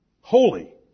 holy